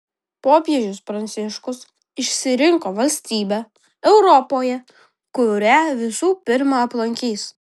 popiežius pranciškus išsirinko valstybę europoje kurią visų pirma aplankys